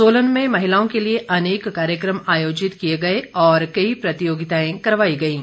सोलन में महिलाओं के लिए अनेक कार्यक्रम आयोजित किए गए और कई प्रतियोगिताएं करवाई गयीं